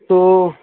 تو